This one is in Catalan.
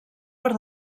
per